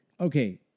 Okay